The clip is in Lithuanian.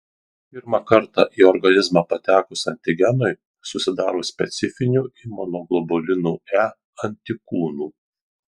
pirmą kartą į organizmą patekus antigenui susidaro specifinių imunoglobulinų e antikūnų